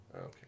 Okay